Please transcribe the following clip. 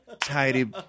tidy